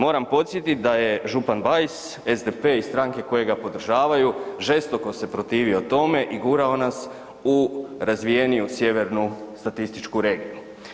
Moram podsjetiti da je župan Bajs SDP-e i stranke koje ga podržavaju žestoko se protivio tome i gurao nas u razvijeniju sjevernu statističku regiju.